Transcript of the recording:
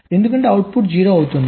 ఎందుకంటే అవుట్పుట్ 0 అవుతుంది